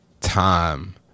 time